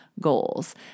goals